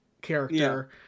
character